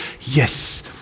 yes